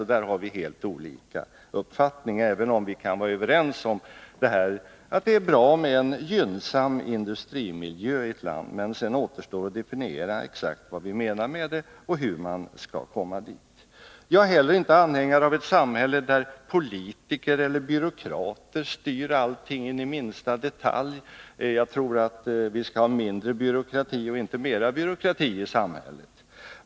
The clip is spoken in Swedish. Vi har helt olika uppfattningar, även om vi kan vara överens om att det är bra med en gynnsam industrimiljö i ett land. Sedan återstår att exakt definiera vad vi menar med detta och hur man skall uppnå målet. Jag är inte heller anhängare av ett samhälle där politiker eller byråkrater tags investeringar utomlands styr allting i minsta detalj. Jag tror att vi skall ha mindre av byråkrati och inte mera byråkrati i samhället.